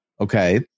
Okay